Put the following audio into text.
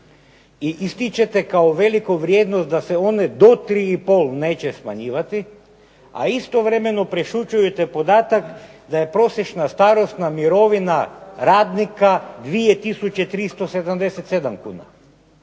i ističete kao veliku vrijednost da se one do 3,5 neće smanjivati, a istovremeno prešućujete podatak da je prosječna starosna mirovina radnika 2 tisuće